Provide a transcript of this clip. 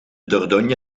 dordogne